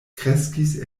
kreskis